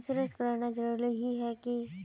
Insurance कराना जरूरी ही है की?